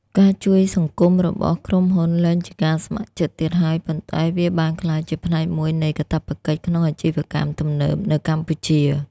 ការជួយសង្គមរបស់ក្រុមហ៊ុនលែងជាការស្ម័គ្រចិត្តទៀតហើយ ប៉ុន្តែវាបានក្លាយជាផ្នែកមួយនៃកាតព្វកិច្ចក្នុងអាជីវកម្មទំនើបនៅកម្ពុជា។